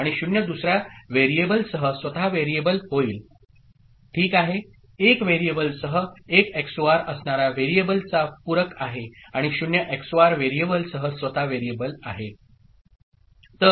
आणि 0 दुसर्या व्हेरिएबलसह स्वतः व्हेरिएबल होईल ओके 1 व्हेरिएबलसह 1 एक्सओआर असणारा व्हेरिएबलचा पूरक आहे आणि 0 एक्सओआर व्हेरिएबलसह स्वतः व्हेरिएबल आहे